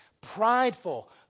prideful